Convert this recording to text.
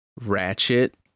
Ratchet